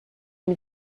une